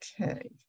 okay